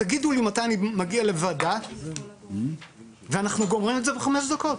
תגידו לי מתי אני מגיע לוועדה ואנחנו גומרים את זה בחמש דקות,